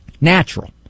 Natural